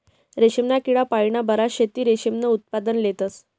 रेशमना किडा पाळीन बराच शेतकरी रेशीमनं उत्पादन लेतस